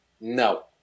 No